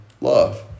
love